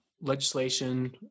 legislation